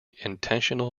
intentional